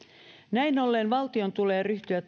näin ollen valtion tulee ryhtyä